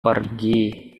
pergi